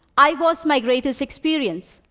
i was my greatest experience.